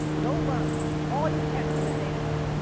go learn all you can from this data set.